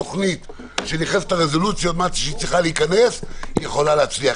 שנכנסת לרזולוציות שהיא צריכה להיכנס - היא יכולה להצליח.